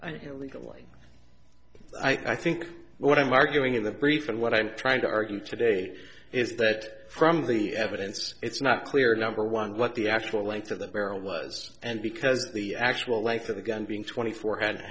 legally i think what i'm arguing in the brief and what i'm trying to argue today is that from the evidence it's not clear number one what the actual length of the barrel was and because the actual length of the gun being twenty four and a